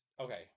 okay